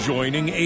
Joining